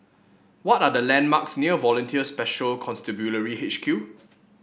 what are the landmarks near Volunteer Special Constabulary H Q